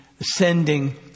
ascending